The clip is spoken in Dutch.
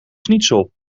schnitzel